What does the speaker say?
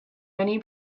many